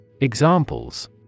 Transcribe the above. Examples